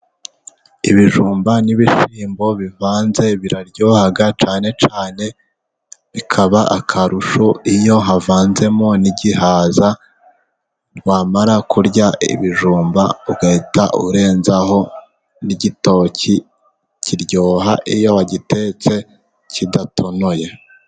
Ibijumba n'ibishyimbo bivanze biraryoha, cyane cyane bikaba akarusho iyo havanzemo n'igihaza, wamara kurya ibijumba ugahita urenzaho n'igitoki. Kiryoha iyo wagitetse kidatonoye.